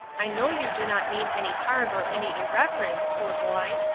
i know you do not mean any harm or any irreverence, poor boy,